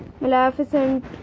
Maleficent